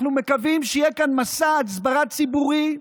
אנחנו מקווים שיהיה כאן מסע הסברה ציבורי,